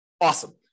Awesome